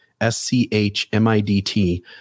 S-C-H-M-I-D-T